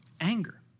anger